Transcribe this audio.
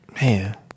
man